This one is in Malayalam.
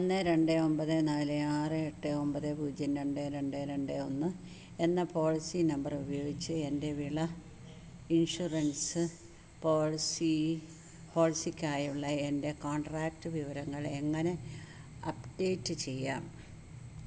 ഒന്ന് രണ്ട് ഒൻപത് നാല് ആറ് എട്ട് ഒൻപത് പൂജ്യം രണ്ട് രണ്ട് രണ്ട് ഒന്ന് എന്ന പോളിസി നമ്പർ ഉപയോഗിച്ച് എന്റെ വിള ഇൻഷുറൻസ് പോളിസീ പോളിസിക്കായുള്ള എന്റെ കോണ്ട്രാക്റ്റ് വിവരങ്ങൾ എങ്ങനെ അപ്ഡേറ്റ് ചെയ്യാം